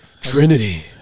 Trinity